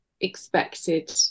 expected